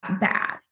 bad